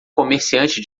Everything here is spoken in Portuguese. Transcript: comerciante